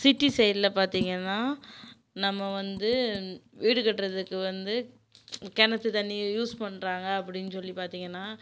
city சைடில் பார்த்திங்கன்னா நம்ம வந்து வீடு கட்டுறதுக்கு வந்து கிணத்து தண்ணி யூஸ் பண்ணுறாங்க அப்டினு சொல்லி பார்த்திங்கன்னா